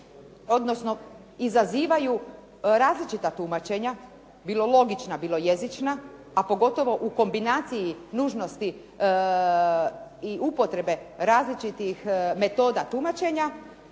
odnosno izazivaju različita tumačenja bilo logična bilo jezična a pogotovo u kombinaciji nužnosti i upotrebe različitih metoda tumačenja